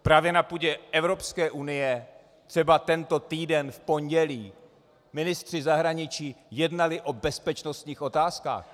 Právě na půdě Evropské unie třeba tento týden v pondělí ministři zahraničí jednali o bezpečnostních otázkách.